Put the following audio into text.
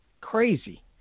crazy